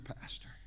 pastor